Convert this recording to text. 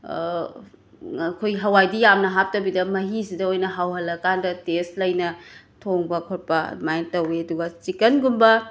ꯑꯩꯈꯣꯏ ꯍꯋꯥꯏꯗꯤ ꯌꯥꯝꯅ ꯍꯥꯞꯇꯕꯤꯗ ꯃꯍꯤꯁꯤꯗ ꯑꯣꯏꯅ ꯍꯥꯎꯍꯜꯂꯀꯥꯟꯗ ꯇꯦꯁ ꯂꯩꯅ ꯊꯣꯡꯕ ꯈꯣꯠꯄ ꯑꯗꯨꯃꯥꯏꯟ ꯇꯧꯏ ꯑꯗꯨꯒ ꯆꯤꯀꯟꯒꯨꯝꯕ